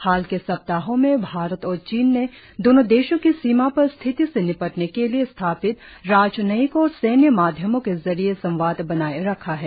हाल के सप्ताहों में भारत और चीन ने दोनों देशों की सीमा पर स्थिति से निपटने के लिए स्थापित राजनयिक और सैन्य माध्यमों के जरिए संवाद बनाये रखा है